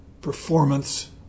performance